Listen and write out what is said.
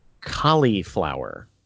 cauliflower